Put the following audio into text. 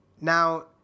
Now